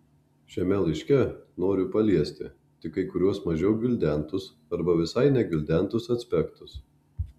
šiame laiške noriu paliesti tik kai kuriuos mažiau gvildentus arba visai negvildentus aspektus